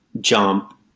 jump